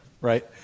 right